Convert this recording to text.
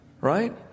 right